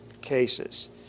cases